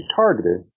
targeted